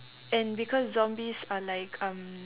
and because zombies are like um